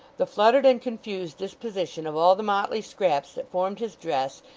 the fluttered and confused disposition of all the motley scraps that formed his dress,